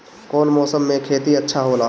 कौन मौसम मे खेती अच्छा होला?